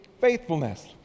faithfulness